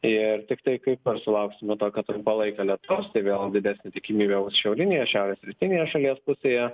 ir tiktai kai kur sulauksime tokio trumpalaikio lietaus tai vėl didesnė tikimybė bus šiaurinėje šiaurės rytinėje šalies pusėje